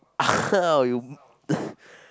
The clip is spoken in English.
uh you